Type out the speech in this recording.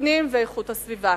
הפנים ואיכות הסביבה.